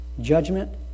judgment